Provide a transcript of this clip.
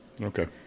Okay